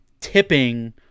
tipping